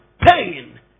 pain